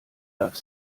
darf